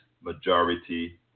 majority